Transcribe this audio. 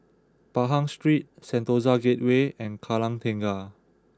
Pahang Street Sentosa Gateway and Kallang Tengah